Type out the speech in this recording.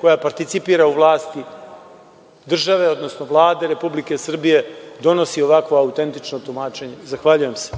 koja participira u vlasti države, odnosno Vlade Republike Srbije, donosi ovakvo autentično tumačenje. Zahvaljujem se.